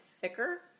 thicker